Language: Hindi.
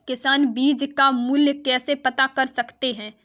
किसान बीज का मूल्य कैसे पता कर सकते हैं?